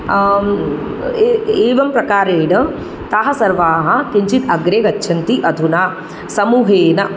एवं प्रकारेण ताः सर्वाः किञ्चित् अग्रे गच्छन्ति अधुना समूहेन